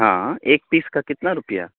ہاں ایک پیس کا کتنا روپیہ